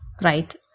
right